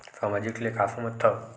सामाजिक ले का समझ थाव?